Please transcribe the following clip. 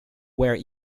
where